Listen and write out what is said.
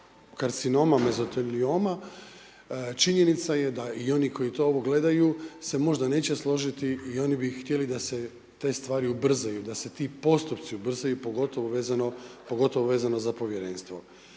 karcinoma, mezotelijoma, činjenica je da i oni koji to ovo gledaju se možda neće složiti i oni bi htjeli da se te stvari ubrzaju, da se ti postupci ubrzaju, pogotovo vezano za Povjerenstvo.